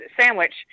sandwich